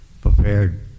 prepared